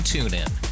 TuneIn